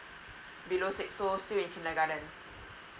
below six years old still in kindergarten